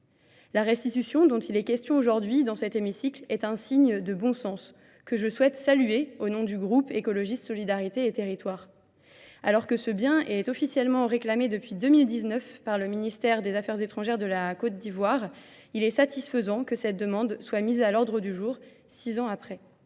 La restitution dont il est question aujourd'hui dans cet hémicycle est un signe de bon sens, que je souhaite saluer au nom du groupe Ecologistes Solidarité et Territoires. Alors que ce bien est officiellement réclamé depuis 2019 par le ministère des Affaires étrangères de la Côte d'Ivoire, il est satisfaisant que cette demande soit mise à l'ordre du jour six ans après.